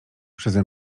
przeze